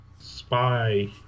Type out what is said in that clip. spy